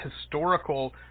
historical